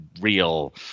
real